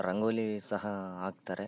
ರಂಗೋಲಿ ಸಹ ಹಾಕ್ತಾರೆ